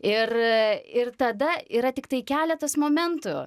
ir ir tada yra tiktai keletas momentų